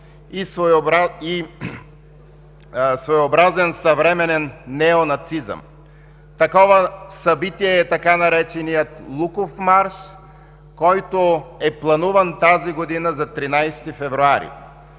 и своеобразен съвременен неонацизъм. Такова събитие е така нареченият „Луков марш”, който е плануван тази година за 13 февруари.